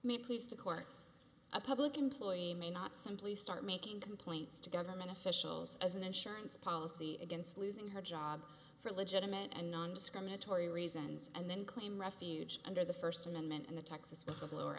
may please the court a public employee may not simply start making complaints to government officials as an insurance policy against losing her job for legitimate and nondiscriminatory reasons and then claim refuge under the first amendment in the texas whistleblower